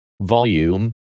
volume